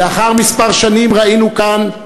לאחר כמה שנים, כשראינו כאן,